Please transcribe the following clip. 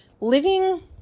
living